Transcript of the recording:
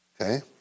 Okay